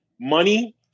money